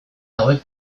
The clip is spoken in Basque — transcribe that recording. hauek